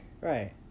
Right